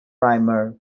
primer